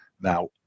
now